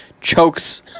chokes